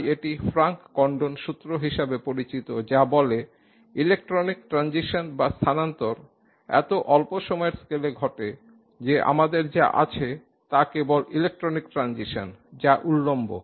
তাই এটি Franck Condon সূত্র হিসাবে পরিচিত যা বলে ইলেকট্রনিক ট্রানজিশন বা স্থানান্তর এত অল্প সময়ের স্কেলে ঘটে যে আমাদের যা আছে তা কেবল ইলেকট্রনিক ট্রানজিশন যা উল্লম্ব